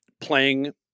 playing